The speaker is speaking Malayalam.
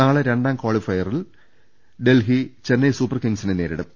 നാളെ രണ്ടാം കാളി ഫയറിൽ ഡൽഹി ചെന്നൈ സൂപ്പർ കിങ്സിനെ നേരിടും